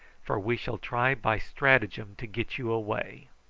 for we shall try by stratagem to get you away.